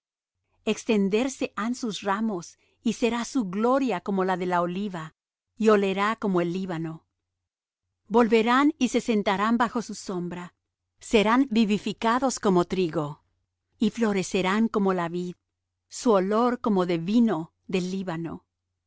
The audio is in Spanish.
extenderse han sus ramos y será su gloria como la de la oliva y olerá como el líbano volverán y se sentarán bajo de su sombra serán vivificados como trigo y florecerán como la vid su olor como de vino del líbano